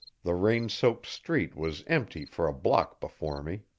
the rain-soaked street was empty for a block before me.